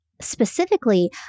specifically